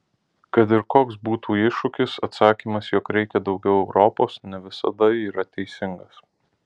kad ir koks būtų iššūkis atsakymas jog reikia daugiau europos ne visada yra teisingas